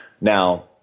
Now